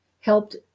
helped